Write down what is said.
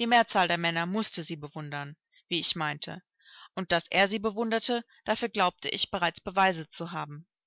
die mehrzahl der männer mußte sie bewundern wie ich meinte und daß er sie bewunderte dafür glaubte ich bereits beweise zu haben